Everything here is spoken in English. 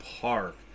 park